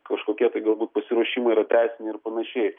kažkokia tai galbūt pasiruošimai yra teisiniai ir panašiai